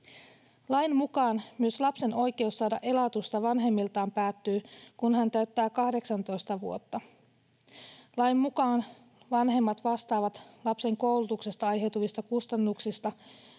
Lain mukaan myös lapsen oikeus saada elatusta vanhemmiltaan päättyy, kun hän täyttää 18 vuotta. Lain mukaan vanhemmat vastaavat lapsen koulutuksesta aiheutuvista kustannuksista